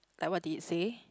like what did it say